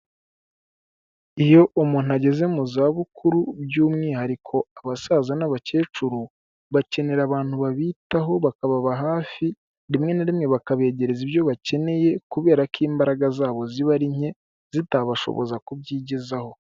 Iyo umuntu ageze mu zabukuru by'umwihariko abasaza n'abakecuru, bakenera abantu babitaho, bakababa hafi rimwe na rimwe bakabegereza ibyo bakeneye kubera ko imbaraga zabo ziba ari nke zitabashoboza kubyigezaho.